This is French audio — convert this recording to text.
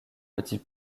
petit